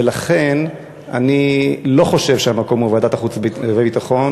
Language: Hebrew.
ולכן אני לא חושב שהמקום הוא ועדת החוץ והביטחון,